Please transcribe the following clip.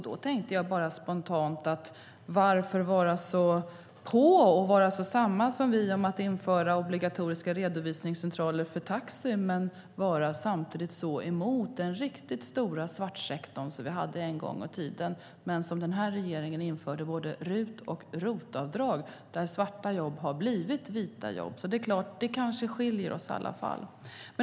Då undrar jag spontant varför man ska vara så på och hålla med oss om att införa obligatoriska redovisningscentraler för taxi men samtidigt vara så emot den riktigt stora svartsektor som vi en gång i tiden hade. Sedan den här regeringen införde både RUT och ROT-avdrag har svarta jobb blivit vita jobb. Vi kanske skiljer oss åt i alla fall.